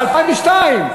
ב-2002.